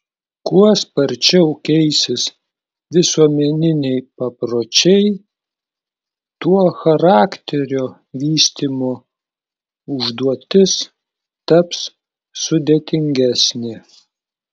kuo sparčiau keisis visuomeniniai papročiai tuo charakterio vystymo užduotis taps sudėtingesnė